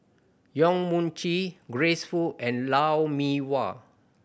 Yong Mun Chee Grace Fu and Lou Mee Wah